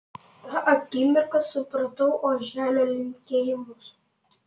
tą akimirką supratau oželio linkėjimus